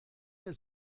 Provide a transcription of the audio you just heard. der